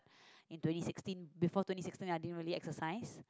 in twenty sixteen before twenty sixteen I didn't really exercise